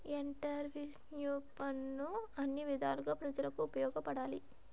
ఎంటర్ప్రిన్యూర్షిప్ను అన్ని విధాలుగా ప్రజలకు ఉపయోగపడాలి